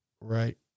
right